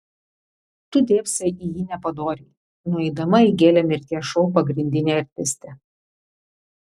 tu dėbsai į jį nepadoriai nueidama įgėlė mirties šou pagrindinė artistė